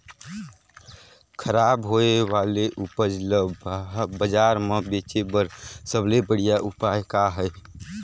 खराब होए वाले उपज ल बाजार म बेचे बर सबले बढ़िया उपाय का हे?